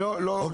לא, אולי לתקנות.